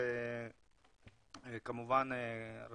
אנחנו